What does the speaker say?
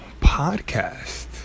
podcast